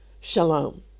Shalom